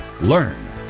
learn